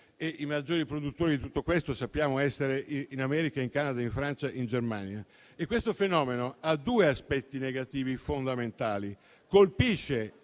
I maggiori produttori di tutto questo sappiamo essere in America, in Canada, in Francia e in Germania. Questo fenomeno ha due aspetti negativi fondamentali: colpisce